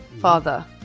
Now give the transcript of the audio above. father